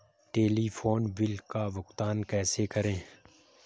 Telephone bill का भुगतान कैसे करें?